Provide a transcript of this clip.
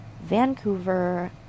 Vancouver